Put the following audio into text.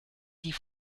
die